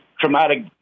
traumatic